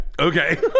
Okay